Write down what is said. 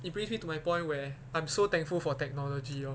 it brings me to my point where I'm so thankful for technology you know